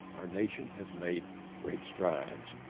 our nation has made great strides.